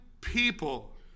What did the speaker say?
people